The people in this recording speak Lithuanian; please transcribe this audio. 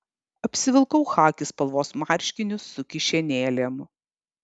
apsivilkau chaki spalvos marškinius su kišenėlėm